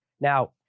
Now